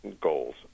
goals